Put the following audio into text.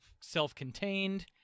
self-contained